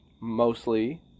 mostly